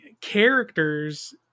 characters